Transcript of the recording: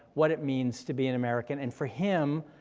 what it means to be an american, and for him,